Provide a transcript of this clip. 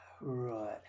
Right